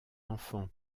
enfant